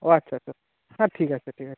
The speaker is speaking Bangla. ও আচ্ছা আচ্ছা হ্যাঁ ঠিক আছে ঠিক আছে